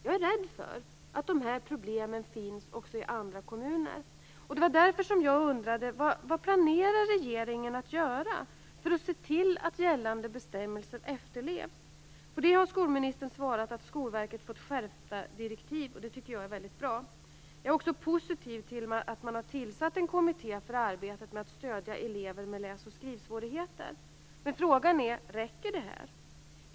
Jag är rädd för att de här problemen finns också i andra kommuner. Det var därför som jag undrade vad regeringen planerar att göra för att se till att gällande bestämmelser efterlevs. På det har skolministern svarat att Skolverket har fått skärpta direktiv. Det är väldigt bra. Jag är också positiv till att man har tillsatt en kommitté för arbetet med att stödja elever med läs och skrivsvårigheter. Men frågan är: Räcker det här?